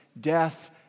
death